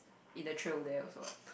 in the trail there also what